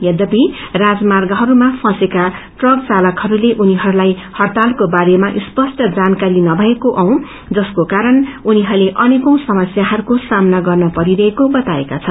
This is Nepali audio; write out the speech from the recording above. यद्वपि राजमार्गहरूमा फसेका ट्रक चालकहस्ते उनीहरूलाई हइतालको बारेमा स्पष्ट रूपमा जानकारी नभएको जसको कारण अनेकौ समस्याहरूको सामना गर्न परिरहेको बताएका छन्